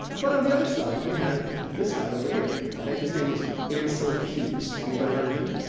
but on the other side we had this guy over here. his name was ancel keys. anybody heard of him?